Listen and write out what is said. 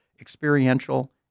experiential